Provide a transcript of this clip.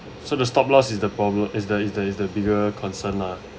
so to stop loss is the problem is the is the is the bigger concern lah